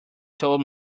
told